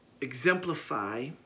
exemplify